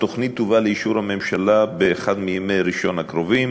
התוכנית תובא לאישור הממשלה באחד מימי ראשון הקרובים